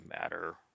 matter